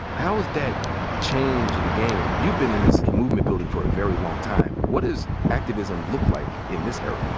how has that changed the game? you've been in this movement building for a very long time. what does activism look like in this era?